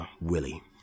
Willie